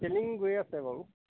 selling গৈ আছে বাৰু